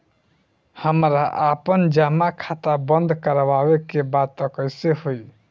हमरा आपन जमा खाता बंद करवावे के बा त कैसे होई?